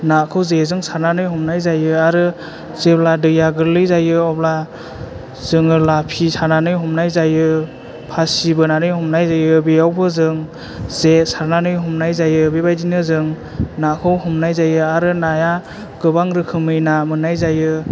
नाखौ जेजों सारनानै हमनाय जायो आरो जेब्ला दैया गोरलै जायो अब्ला जोङो लाफि सानानै हमनाय जायो फासि बोनानै हमनाय जायो बेयावबो जों जे सारनानै हमनाय जायो बेबादिनो जों नाखौ हमनाय जायो आरो नाया गोबां रोखोमनि ना मोननाय जायो